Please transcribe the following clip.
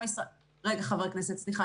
רגע, חבר הכנסת, סליחה.